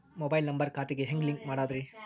Mobile number ಖಾತೆ ಗೆ ಹೆಂಗ್ ಲಿಂಕ್ ಮಾಡದ್ರಿ?